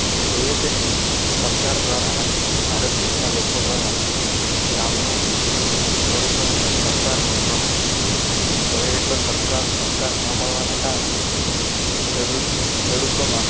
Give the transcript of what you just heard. જોઈએ તેટલું સરકાર દ્વારા અને ભારત દેશનાં લોકો દ્વારા ગ્રામ્ય ખેડૂતોને સહકાર મળતો નથી જોઈએ એટલો સરકાર સહકાર ન મળવાનાં કારણે ખેડૂત ખેડૂતોમાં